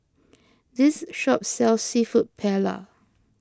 this shop sells Seafood Paella